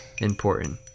important